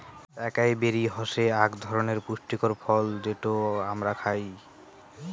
একাই বেরি হসে আক ধরণনের পুষ্টিকর ফল যেটো হামরা খাই